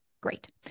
Great